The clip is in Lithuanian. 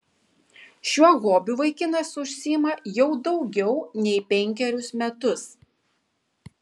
šiuo hobiu vaikinas užsiima jau daugiau nei penkerius metus